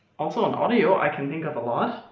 also on audio i can think up a lot.